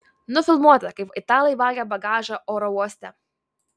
nufilmuota kaip italai vagia bagažą oro uoste